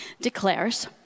declares